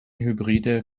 hybride